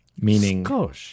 meaning